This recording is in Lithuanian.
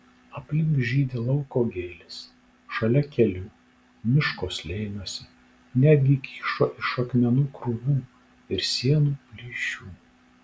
aplink žydi lauko gėlės šalia kelių miško slėniuose netgi kyšo iš akmenų krūvų ir sienų plyšių